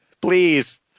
Please